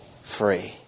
free